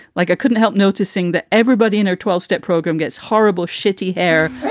like i couldn't help noticing that everybody in her twelve step program gets horrible shitty hair,